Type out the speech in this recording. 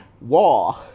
War